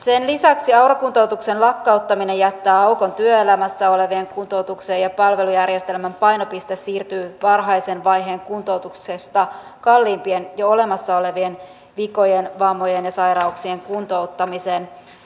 sen lisäksi aura kuntoutuksen lakkauttaminen jättää aukon työelämässä olevien kuntoutukseen ja palvelujärjestelmän painopiste siirtyy varhaisen vaiheen kuntoutuksesta kalliimpaan jo olemassa olevien vikojen vammojen ja sairauksien kuntouttamiseen